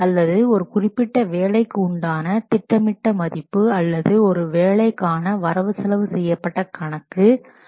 அல்லது ஒரு குறிப்பிட்ட வேலைக்கு உண்டான திட்டமிட்ட மதிப்பு அல்லது ஒரு வேலைக்கான வரவு செலவு செய்யப்பட்ட கணக்கு அல்லது BCWS